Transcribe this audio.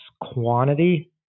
quantity